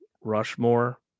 rushmore